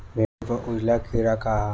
भिंडी पर उजला कीड़ा का है?